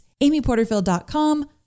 amyporterfield.com